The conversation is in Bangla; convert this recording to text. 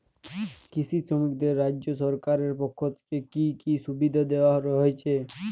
কৃষি শ্রমিকদের রাজ্য সরকারের পক্ষ থেকে কি কি সুবিধা দেওয়া হয়েছে?